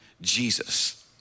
Jesus